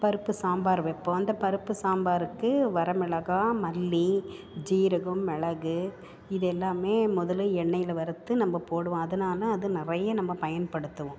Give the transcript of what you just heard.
பருப்பு சாம்பார் வைப்போம் அந்த பருப்பு சாம்பாருக்கு வரமிளகாய் மல்லி சீரகம் மிளகு இதெல்லாம் முதல்ல எண்ணெயில் வறுத்து நம்ம போடுவோம் அதனால அது நிறைய நம்ம பயன்படுத்துவோம்